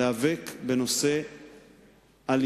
להיאבק בנושא אלימות